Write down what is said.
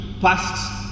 past